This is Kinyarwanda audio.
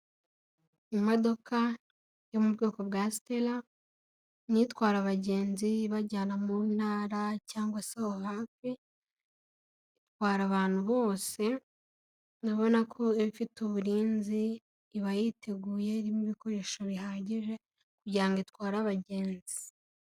Imodoka yo mu bwoko bwa Stella, ni itwara abagenzi ibajyana mu ntara cyangwa se aho hafi, itwara abantu bose, urabona ko ifite uburinzi, iba yiteguye, irimo ibikoresho bihagije kugira ngo itware abagenzi.